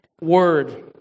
word